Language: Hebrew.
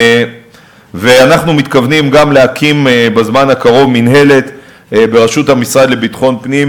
אנחנו מתכוונים גם להקים בזמן הקרוב מינהלת בראשות המשרד לביטחון פנים,